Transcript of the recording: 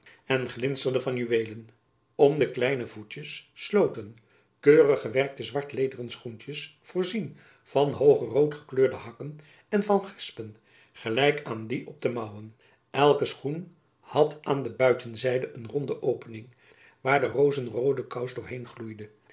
en glinsterende van juweelen om de kleine voetjens sloten keurig gewerkte zwart lederen schoentjens voorzien van hooge roodgekleurde hakken en van gespen gelijk aan die op de mouwen elke schoen had aan de buitenzijde een ronde opening waar de rozenroode kous doorheen gloeide